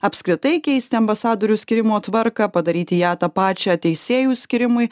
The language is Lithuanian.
apskritai keisti ambasadorių skyrimo tvarką padaryti ją tą pačią teisėjų skyrimui